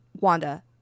Wanda